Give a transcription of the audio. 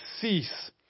cease